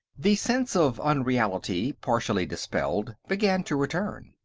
the sense of unreality, partially dispelled, began to return.